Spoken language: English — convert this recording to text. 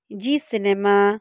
zee cinema